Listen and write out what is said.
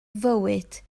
fywyd